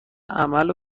عمل